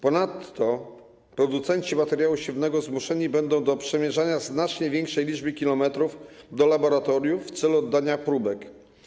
Ponadto producenci materiału siewnego zmuszeni będą do przemierzania znacznie większej liczby kilometrów dzielących ich od laboratoriów w celu oddania próbek.